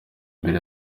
mbere